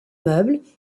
meubles